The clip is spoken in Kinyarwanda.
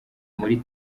muri